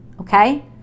okay